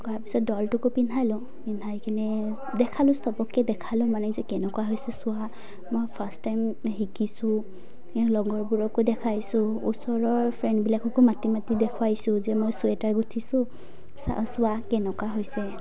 কৰাৰ পিছত ডলটোকো পিন্ধালোঁ পিন্ধাই কিনে দেখালোঁ সবকে দেখালোঁ মানে যে কেনেকুৱা হৈছে চোৱা মই ফাৰ্ষ্ট টাইম শিকিছোঁ লগৰবোৰকো দেখাইছোঁ ওচৰৰ ফ্ৰেণ্ডবিলাককো মাতি মাতি দেখুৱাইছোঁ যে মই চুৱেটাৰ গুঠিছোঁ চা চোৱা কেনেকুৱা হৈছে